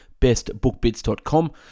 bestbookbits.com